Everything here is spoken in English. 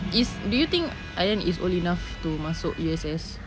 is do you think aryan is old enough to masuk U_S_S